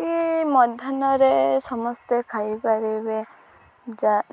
କି ମଧ୍ୟାହ୍ନନରେ ସମସ୍ତେ ଖାଇପାରିବେ